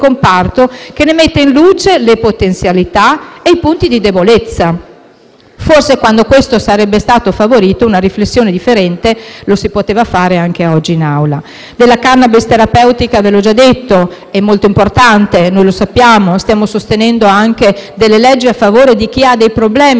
che ne metta in luce le potenzialità e i punti di debolezza. Forse, in questo modo sarebbe stata favorita una riflessione differente e lo si poteva fare anche oggi in Assemblea. Della *cannabis* terapeutica vi ho già parlato. È molto importante, noi lo sappiamo e stiamo sostenendo anche delle leggi a favore di chi ha problemi